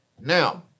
Now